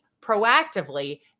proactively